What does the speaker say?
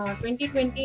2020